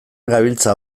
gabiltza